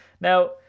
Now